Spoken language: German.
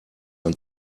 ein